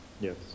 Yes